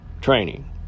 training